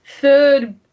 third